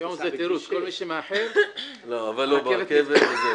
היום זה תירוץ, כל מי שמאחר: הרכבת נתקעה.